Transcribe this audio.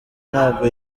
ntabwo